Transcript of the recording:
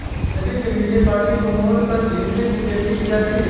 नदी के मीठे पानी को मोड़कर झींगे की खेती की जाती है